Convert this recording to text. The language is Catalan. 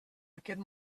aquest